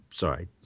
Sorry